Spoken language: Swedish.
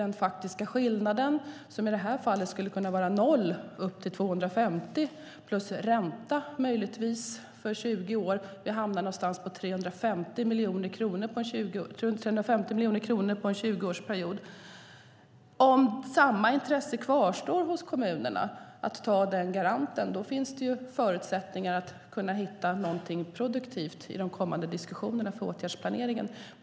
Den faktiska skillnaden skulle i det här fallet kunna vara 0 upp till 250 plus ränta, möjligtvis, för 20 år. Vi hamnar på runt 350 miljoner kronor på en tjugoårsperiod. Om samma intresse kvarstår hos kommunerna, att vara den garanten, finns det förutsättningar att hitta någonting produktivt i de kommande diskussionerna när det gäller åtgärdsplaneringen.